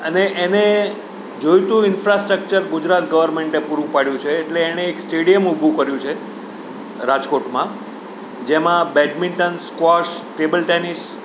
અને એને જોઈતું ઇન્ફ્રાસ્ટ્રક્ચર ગુજરાત ગવર્મેન્ટે પૂરું પાડ્યું છે એટલે એણે એક સ્ટેડિયમ ઊભું કર્યું છે રાજકોટમાં જેમાં બેડમિન્ટન સ્કોશ ટેબલ ટેનિસ